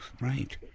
Right